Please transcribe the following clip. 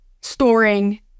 storing